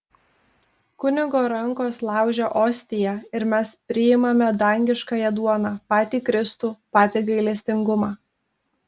kunigo rankos laužia ostiją ir mes priimame dangiškąją duoną patį kristų patį gailestingumą